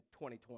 2020